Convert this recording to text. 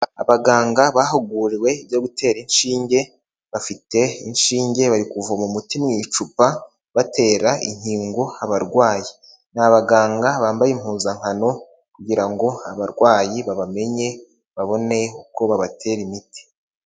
Abaganga bahuguriwe ibyo gutera inshinge, bafite inshinge bari kuvoma umuti mu icupa batera inkingo abarwayi. Ni abaganga bambaye impuzankano kugira ngo abarwayi babamenye babone uko babatera imiti.